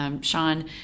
Sean